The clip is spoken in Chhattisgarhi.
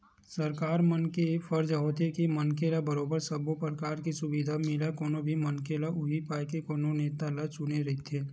सरकार मन के फरज होथे के मनखे ल बरोबर सब्बो परकार के सुबिधा मिलय कोनो भी मनखे ह उहीं पाय के कोनो नेता ल चुने रहिथे